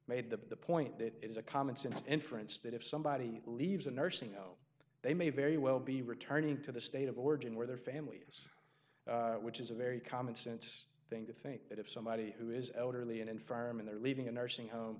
made the point that it is a commonsense inference that if somebody leaves a nursing home they may very well be returning to the state of origin where their families which is a very common sense thing to think that if somebody who is elderly and infirm and they're leaving a nursing home